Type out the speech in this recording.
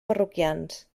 parroquians